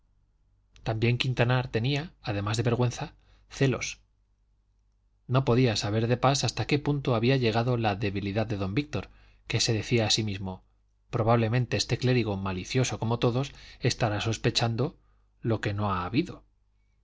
también quintanar tenía además de vergüenza celos no podía saber de pas hasta qué punto había llegado la debilidad de don víctor que se decía a sí mismo probablemente este clérigo malicioso como todos estará sospechando lo que no ha habido